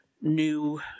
new